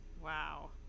Wow